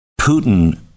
Putin